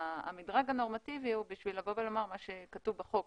המדרג הנורמטיבי הוא כדי לבוא ולומר שמה שכתוב בחוק,